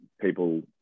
people